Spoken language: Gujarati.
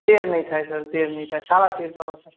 તેર નહીં થાય સર તેર નહીં થાય સાડા તેર કરો સર